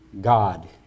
God